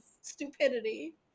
stupidity